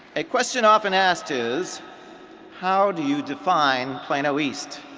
a question often asked is how do you define plano east?